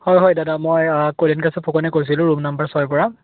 হয় হয় দাদা মই কলেন কাশ্যপ ফুকনে কৈছিলোঁ ৰুম নাম্বাৰ ছয়ৰ পৰা